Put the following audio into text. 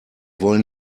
wollen